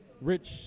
Rich